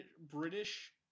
British